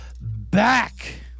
back